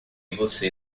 você